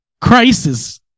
Crisis